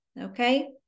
Okay